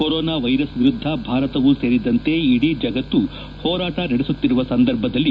corona virus ವಿರುದ್ದ ಭಾರತವೂ ಸೇರಿದಂತೆ ಇಡೀ ಜಗತ್ತು ಹೋರಾಟ ನಡೆಸುತ್ತಿರುವ ಸಂದರ್ಭದಲ್ಲಿ